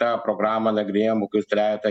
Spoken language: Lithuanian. tą programą nagrinėjam kokius trejetą